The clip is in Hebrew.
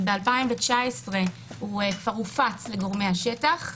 וב-2019 הוא כבר הופץ לגורמי השטח.